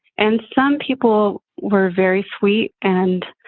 and some people were very sweet and,